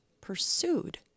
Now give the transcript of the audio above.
pursued